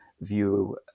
view